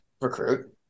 recruit